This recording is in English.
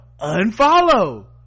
unfollow